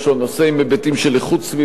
נושא עם היבטים של איכות סביבה,